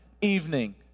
evening